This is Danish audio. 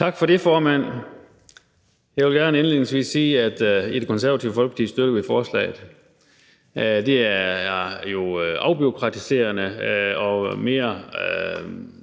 Tak for det, formand. Jeg vil gerne indledningsvis sige, at vi i Det Konservative Folkeparti støtter forslaget. Det er jo afbureaukratiserende og mere